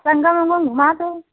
संगम उँगम घुमा दो